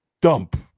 dump